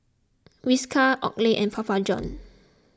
Whiskas Oakley and Papa Johns